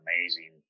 amazing